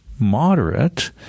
moderate